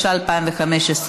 התשע"ה 2015,